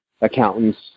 accountants